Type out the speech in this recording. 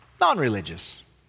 non-religious